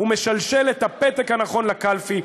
ומשלשל את הפתק הנכון לקלפי.